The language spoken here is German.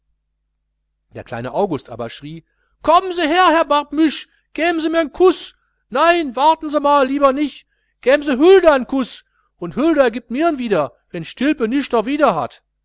der kleine august aber schrie komm se her herr barbemuche gäm se mir n kuß nee warten se mal lieber nich gäm se huldan n kuß und hulda giebt mirn wieder wenn stilpe nischt drwider hat